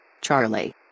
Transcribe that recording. Charlie